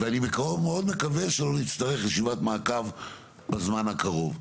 ואני מקווה שלא נצטרך ישיבת מעקב בזמן הקרוב.